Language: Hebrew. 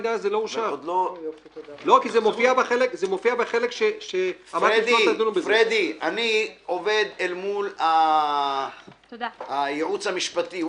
זה מופיע בחלק- -- אני עובד אל מול הייעוץ המשפטי.